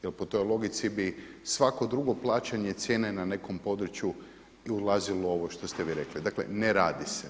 Jer po toj logici bi svako drugo plaćanje cijene na nekom području i ulazilo ovo što ste vi rekli, dakle ne radi se.